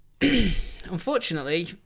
unfortunately